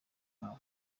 nkawe